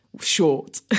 short